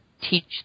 teach